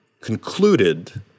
concluded